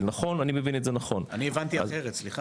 אני רוצה ברשותכם להוסיף